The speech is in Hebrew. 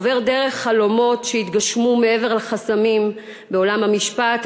עובר דרך חלומות שהתגשמו מעבר לחסמים בעולם המשפט,